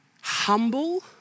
humble